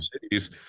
cities